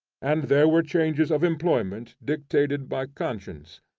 and there were changes of employment dictated by conscience.